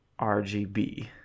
RGB